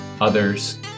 others